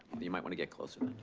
you might wanna get closer.